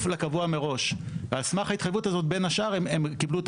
לקבוע מראש ועל סמך ההתחייבות הזאת בין השאר הם קיבלו את